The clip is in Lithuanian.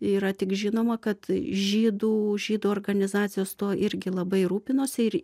yra tik žinoma kad žydų žydų organizacijos tuo irgi labai rūpinosi ir